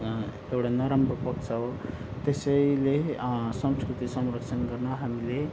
एउटा नराम्रो पक्ष हो त्यसैले संस्कृति संरक्षण गर्न हामीले